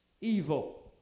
Evil